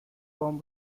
form